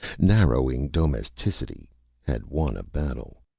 narrowing domesticity had won a battle.